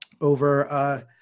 over